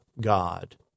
God